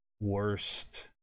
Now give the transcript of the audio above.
worst